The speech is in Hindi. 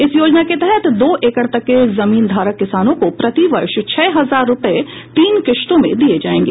इस योजना के तहत दो एकड़ तक के जमीन धारक किसानों को प्रतिवर्ष छह हजार रूपए तीन किश्तों में दिए जाने हैं